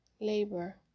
labor